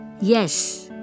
Yes